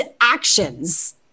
actions